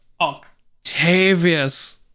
octavius